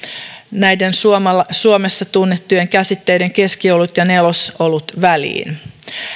näiden suomessa tunnettujen käsitteiden keskiolut ja nelosolut väliin